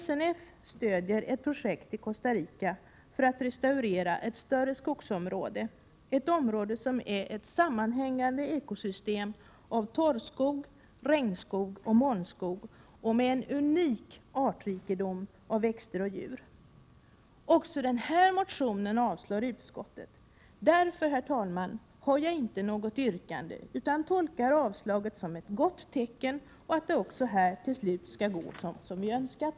SNF stöder ett projekt i Costa Rica för att restaurera ett större skogsområde, som är ett sammanhängande ekosystem av torrskog, regnskog och molnskog med en unik artrikedom av växter och djur. Också den här motionen avstyrker utskottet. Dock har jag inte något yrkande utan tolkar avstyrkandet som ett gott tecken på att det också här till slut skall gå så som vi önskat.